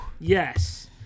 yes